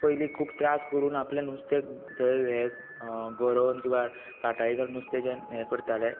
पयलीं खूब त्रास करून आपलें नुस्तें थंय हें गोरोवन किंवा काटाळी घालून नुस्तें जें हें करताले